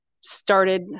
started